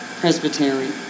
presbytery